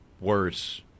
worse